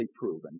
proven